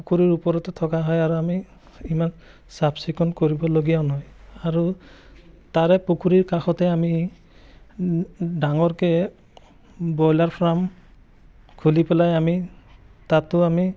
পুখুৰীৰ ওপৰতে থকা হয় আৰু আমি ইমান চাফ চিকুণ কৰিবলগীয়াও নহয় আৰু তাৰে পুখুৰীৰ কাষতে আমি ডাঙৰকৈ ব্ৰইলাৰ ফাৰ্ম খুলি পেলাই আমি তাতো আমি